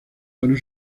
fueron